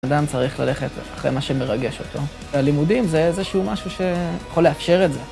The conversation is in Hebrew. אדם צריך ללכת אחרי מה שמרגש אותו. הלימודים זה איזשהו משהו שיכול לאפשר את זה.